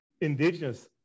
indigenous